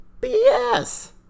BS